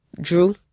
Drew